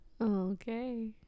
Okay